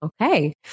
okay